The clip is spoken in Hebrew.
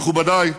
מכובדיי,